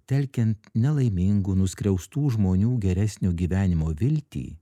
telkiant nelaimingų nuskriaustų žmonių geresnio gyvenimo viltį